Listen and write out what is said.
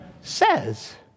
says